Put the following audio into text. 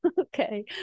Okay